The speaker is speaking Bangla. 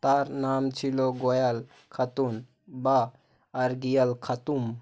তার নাম ছিল গয়াল খাতুন বা আরগিয়াল খাতুম